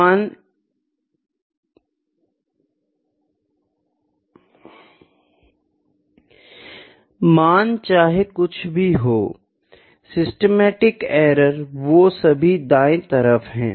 मान चाहे कुछ भी हो सिस्टेमेटिक एरर वो सब दायीं तरफ है